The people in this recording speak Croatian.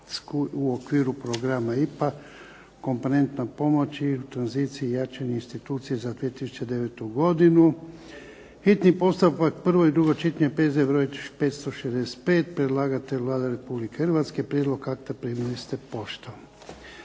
u okviru programa IPA – komponenta pomoć u tranziciji i jačanje institucija za 2009. godinu, hitni postupak, prvo i drugo čitanje, P.Z. br. 565; Predlagatelj Vlada Republike Hrvatske. Prijedlog akta primili ste poštom.